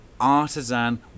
artisan